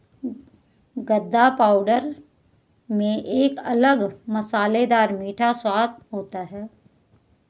गदा पाउडर में एक अलग मसालेदार मीठा स्वाद होता है